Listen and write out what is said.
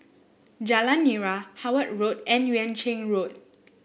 Jalan Nira Howard Road and Yuan Ching Road